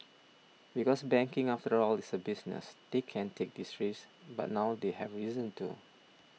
because banking after all is a business they can't take these risks but now they have reason to